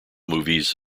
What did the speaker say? movies